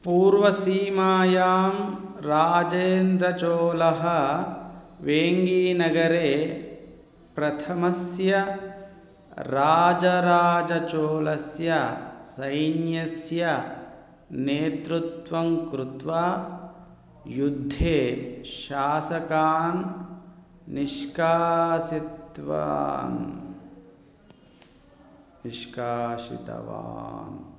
पूर्वसीमायां राजेन्द्रचोलः वेङ्गीनगरे प्रथमस्य राजराजचोलस्य सैन्यस्य नेतृत्वं कृत्वा युद्धे शासकान् निष्कासितवान् निष्कासितवान्